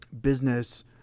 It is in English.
business